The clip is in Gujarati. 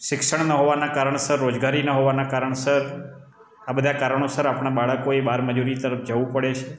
શિક્ષણ ન હોવાનાં કારણસર રોજગારી ન હોવાના કારણસર આ બધાં કારણોસર આપણા બાળકોએ બાળમજૂરી તરફ જવું પડે છે